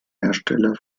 hersteller